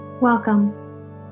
Welcome